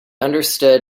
understood